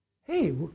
Hey